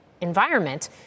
environment